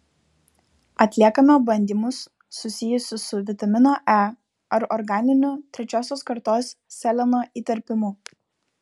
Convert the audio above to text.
atliekame bandymus susijusius su vitamino e ar organiniu trečiosios kartos seleno įterpimu